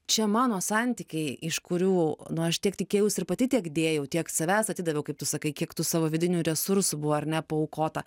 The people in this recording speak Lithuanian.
čia mano santykiai iš kurių nu aš tiek tikėjaus ir pati tiek dėjau tiek savęs atidaviau kaip tu sakai kiek tų savo vidinių resursų buvo ar ne paaukota